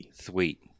Sweet